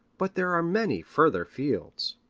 but there are many further fields.